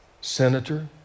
Senator